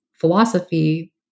philosophy